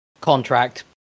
contract